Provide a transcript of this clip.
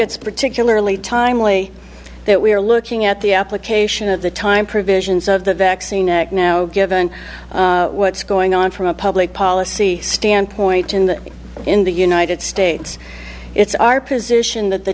it's particularly timely that we are looking at the application of the time provisions of the vaccine neck now given what's going on from a public policy standpoint in the in the united states it's our position that the